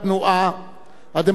הדמוקרטית בחיפה,